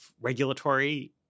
regulatory